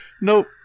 Nope